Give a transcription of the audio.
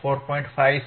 56 4